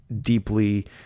deeply